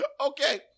Okay